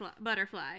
butterfly